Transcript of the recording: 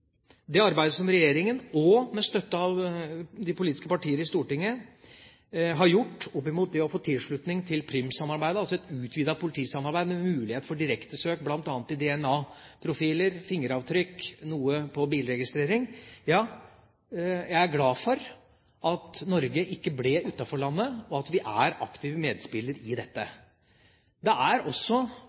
det gjelder det arbeidet som regjeringa, med støtte av de politiske partier i Stortinget, har gjort for å få tilslutning til Prüm-samarbeidet, altså et utvidet politisamarbeid med muligheter for direktesøk bl.a. i DNA-profiler, fingeravtrykk og noe bilregistrering, er jeg glad for at Norge ikke ble utenforlandet, og at vi er aktiv medspiller i dette. Det er også